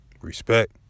Respect